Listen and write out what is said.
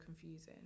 confusing